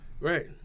Right